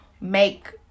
make